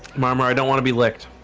mama i don't want to be licked